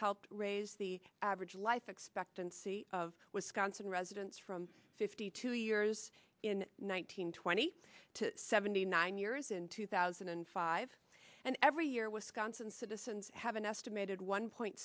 helped raise the average life expectancy of wisconsin residents from fifty two years in one nine hundred twenty eight to seventy nine years in two thousand and five and every year wisconsin citizens have an estimated one point